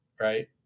right